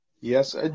Yes